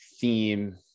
theme